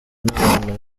n’abantu